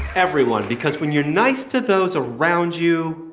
everyone because when you're nice to those around you,